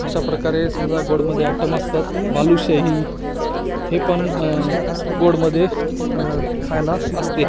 अशा प्रकारे समजा गोडमध्ये ॲटम असतात बालुशाही हे पण गोडमध्ये खायला असते